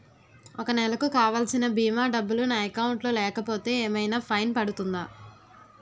ఒక నెలకు కావాల్సిన భీమా డబ్బులు నా అకౌంట్ లో లేకపోతే ఏమైనా ఫైన్ పడుతుందా?